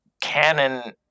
canon